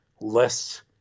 less